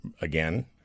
again